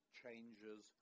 changes